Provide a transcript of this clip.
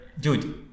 dude